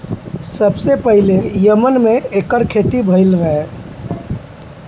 सबसे पहिले यमन में एकर खेती भइल रहे